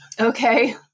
Okay